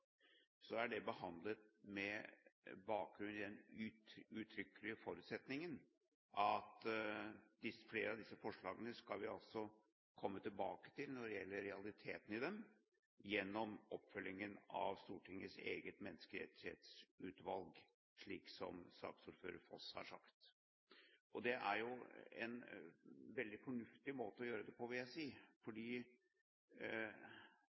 er de behandlet med bakgrunn i den uttrykkelige forutsetningen at vi skal komme tilbake til realiteten i flere av disse forslagene gjennom oppfølgingen av Stortingets eget menneskerettighetsutvalg – slik som saksordfører Foss har sagt. Det er en veldig fornuftig måte å gjøre det på, vil jeg si,